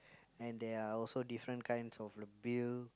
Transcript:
and there're also different kinds of the build